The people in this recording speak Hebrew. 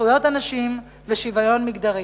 זכויות הנשים ושוויון מגדרי.